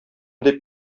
дип